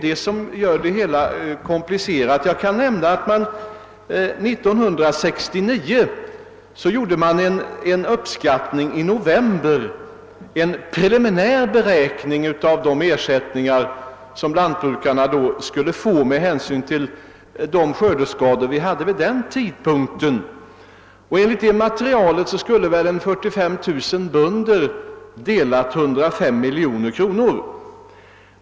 År 1969 gjordes i november en preliminär beräkning av de ersättningar som lantbrukarna skulle få med hänsyn till skördeskadorna vid den tidpunkten. Enligt det materialet skulle ca 45 000 bönder dela 105 miljoner kronor.